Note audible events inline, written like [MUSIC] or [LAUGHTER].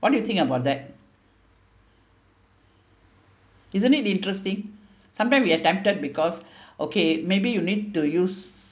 what do you think about that isn't it interesting sometimes we attempted because [BREATH] okay maybe you need to use